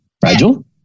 fragile